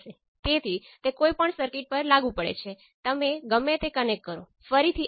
હવે સ્પષ્ટપણે આ અને તે જોઈને તમે સમજો છો કે y